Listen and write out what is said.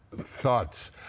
thoughts